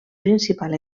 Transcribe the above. principal